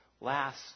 last